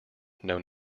known